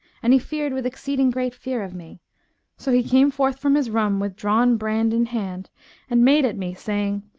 and he feared with exceeding great fear of me so he came forth from his room with drawn brand in hand and made at me, saying,